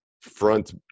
front